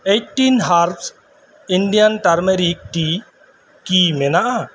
eight ᱴᱤᱱ herbs Indian turmeric tea ᱠᱤ ᱢᱮᱱᱟᱜᱼᱟ